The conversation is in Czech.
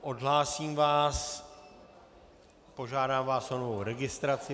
Odhlásím vás, požádám vás o novou registraci.